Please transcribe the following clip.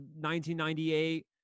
1998